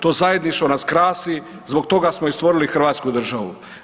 To zajedništvo nas krasi zbog toga smo i stvorili hrvatsku državu.